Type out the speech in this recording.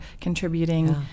contributing